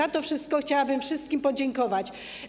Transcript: Za to wszystko chciałabym wszystkim podziękować.